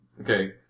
Okay